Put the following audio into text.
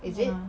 is it